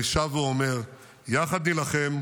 אני שב ואומר: יחד נילחם,